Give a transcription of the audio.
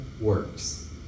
works